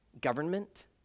government